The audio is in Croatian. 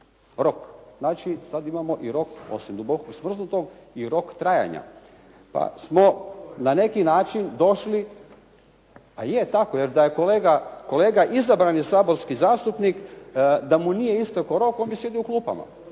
Znači, sad imamo i rok osim duboko smrznutog i rok trajanja pa smo na neki način došli. …/Upadica se ne čuje./… Je, tako jer da je kolega izabrani saborski zastupnik da mu nije istekao rok on bi sjedio u klupama.